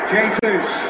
Jesus